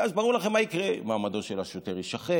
ואז ברור לכם מה יקרה: מעמדו של השוטר יישחק,